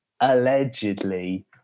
allegedly